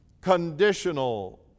conditional